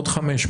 עוד 500,